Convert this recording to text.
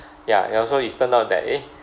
ya and also it's turned out that eh